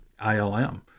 ILM